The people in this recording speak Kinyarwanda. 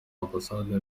ambasade